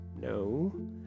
no